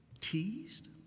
Teased